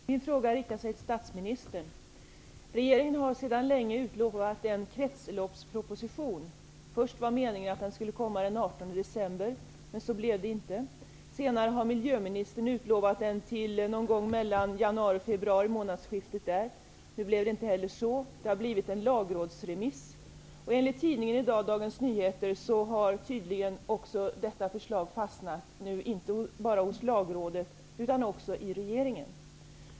Fru talman! Min fråga riktar sig till statsministern. Regeringen har sedan länge utlovat en kretsloppsproposition. Det var från början meningen att den skulle komma den 18 december, men så blev det inte. Senare har miljöministern utlovat den till månadsskiftet januari/februari. Så blev det inte heller. Det har blivit en lagrådsremiss. Enligt Dagens Nyheter i dag har detta förslag tydligen fastnat, inte bara hos lagrådet utan också i regeringen.